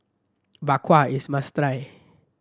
Bak Kwa is must try